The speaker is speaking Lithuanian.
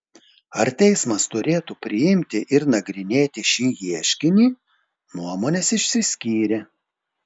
ar teismas turėtų priimti ir nagrinėti šį ieškinį nuomonės išsiskyrė